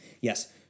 Yes